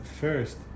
first